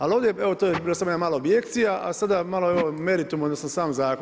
Ali ovdje, evo to je bila samo jedna mala objekcija, a sada malo evo meritum odnosno sam zakon.